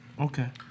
Okay